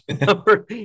Number